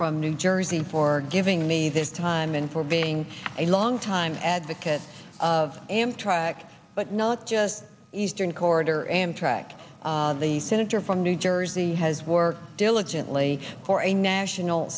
from new jersey for giving me this time and for being a longtime advocate of amtrak but not just eastern corridor amtrak the senator from new jersey has worked diligently for a national